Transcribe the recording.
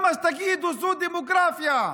אז תגידו: זו דמוגרפיה.